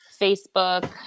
Facebook